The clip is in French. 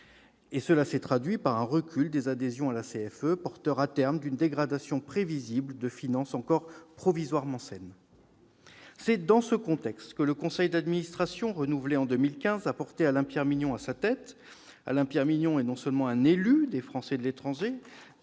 Et cela s'est traduit par un recul du nombre des adhésions à la CFE, porteur à terme d'une dégradation prévisible de finances encore provisoirement saines. C'est dans ce contexte que le conseil d'administration, renouvelé en 2015, a porté Alain-Pierre Mignon à sa tête. Ce dernier est non seulement un élu des Français de l'étranger,